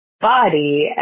body